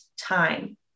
time